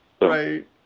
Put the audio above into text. Right